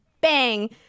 bang